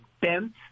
bent